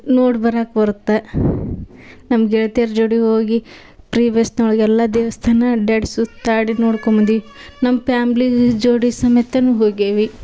ನೋಡಿ ಬರಕ್ಕ ಬರುತ್ತೆ ನಮ್ಮ ಗೆಳ್ತಿಯರ ಜೋಡಿ ಹೋಗಿ ಪ್ರೀ ಬಸ್ನೊಳ್ಗ್ ಎಲ್ಲ ದೇವಸ್ಥಾನ ಅಡ್ಡಾಡಿ ಸುತ್ತಾಡಿ ನೋಡ್ಕೊಂಬಂದು ನಮ್ಮ ಪ್ಯಾಮ್ಲೀ ಜೋಡಿ ಸಮೇತವೂ ಹೋಗೇವಿ